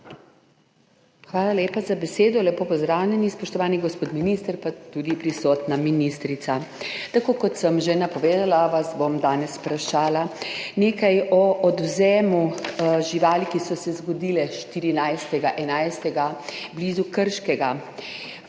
Hvala lepa za besedo. Lepo pozdravljeni, spoštovani gospod minister, pa tudi prisotna ministrica! Tako kot sem že napovedala, vas bom danes vprašala nekaj o odvzemu živali, ki se je zgodil 14. 11. blizu Krškega.